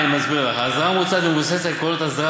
אני מסביר לך: ההסדרה המוצעת מבוססת על עקרונות הסדרה